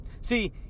See